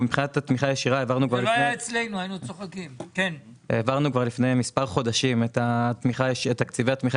העברנו כבר לפני מספר חודשים את תקציבי התמיכה